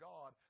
God